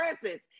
presence